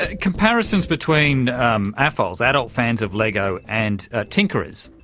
ah comparisons between um afols, adult fans of lego, and tinkerers,